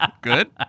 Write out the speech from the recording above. Good